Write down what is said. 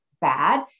bad